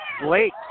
Blake